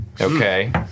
Okay